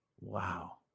wow